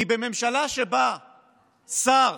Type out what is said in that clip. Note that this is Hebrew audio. כי בממשלה שבה שר